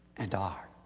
and are.